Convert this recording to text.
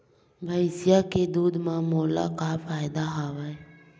भैंसिया के दूध म मोला का फ़ायदा हवय?